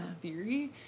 theory